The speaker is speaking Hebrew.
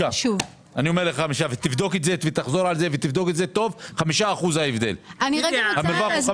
אני אומר לך 5%. תבדוק את זה טוב ותראה שזה 5%. חברת